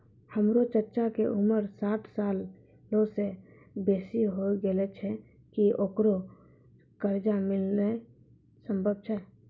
हमरो चच्चा के उमर साठ सालो से बेसी होय गेलो छै, कि ओकरा कर्जा मिलनाय सम्भव छै?